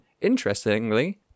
interestingly